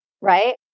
right